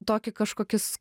tokį kažkokius